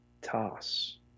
toss